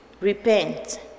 repent